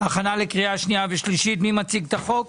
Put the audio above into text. הכנה לקריאה שנייה ושלישית בבקשה.